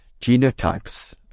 genotypes